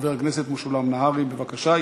חבר הכנסת משולם נהרי, בבקשה.